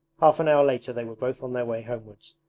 half an hour later they were both on their way homewards,